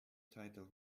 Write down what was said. tidal